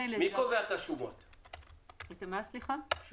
--- מי קובע את השומות של החברות?